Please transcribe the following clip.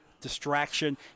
distraction